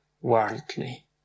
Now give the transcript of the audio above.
worldly